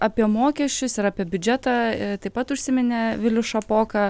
apie mokesčius ir apie biudžetą taip pat užsiminė vilius šapoka